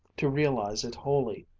to realize it wholly,